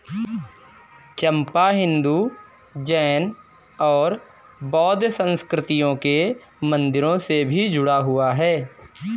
चंपा हिंदू, जैन और बौद्ध संस्कृतियों के मंदिरों से भी जुड़ा हुआ है